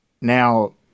Now